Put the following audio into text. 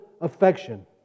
affection